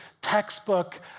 textbook